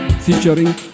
featuring